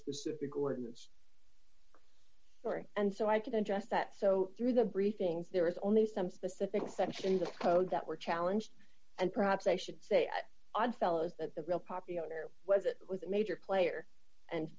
specific ordinance story and so i can address that so through the briefings there is only some specific sections of code that were challenged and perhaps i should say at odd fellows that the real poppy owner was it was a major player and